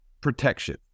protection